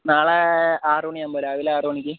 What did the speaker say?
നാളെ ആറു മണിയാകുമ്പോൾ രാവിലെ ആറു മണിക്ക്